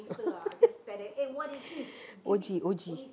O_G O_G